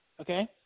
Okay